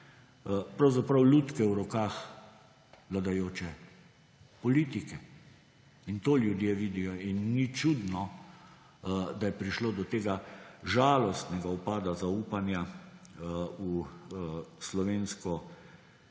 pravzaprav lutke v rokah vladajoče politike. In to ljudje vidijo. In ni čudno, da je prišlo do tega žalostnega upada zaupanja v slovensko